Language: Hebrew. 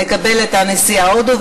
נקבל את נשיא הודו,